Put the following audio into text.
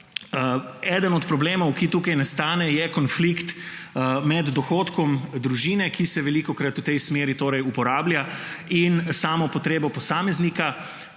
Eden od problemov, ki tukaj nastane, je konflikt med dohodkom družine, ki se velikokrat v tej smeri uporablja, in samo potrebo posameznika